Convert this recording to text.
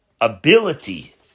ability